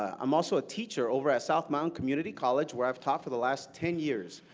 ah um also a teacher over at south mountain community college where i have taught for the last ten years.